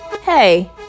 Hey